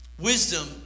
wisdom